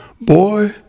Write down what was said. Boy